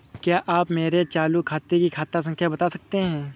क्या आप मुझे मेरे चालू खाते की खाता संख्या बता सकते हैं?